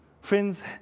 Friends